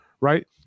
right